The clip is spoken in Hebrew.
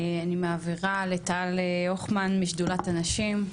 אני מעבירה לטל הוכמן משדולת הנשים.